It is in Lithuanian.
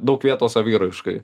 daug vietos saviraiškai